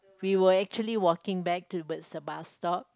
we were actually walking back towards the bus stop